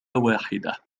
واحدة